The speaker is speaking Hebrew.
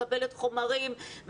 מקבלת חומרים,